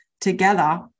together